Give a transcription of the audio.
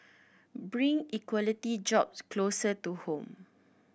bring quality jobs closer to home